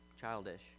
childish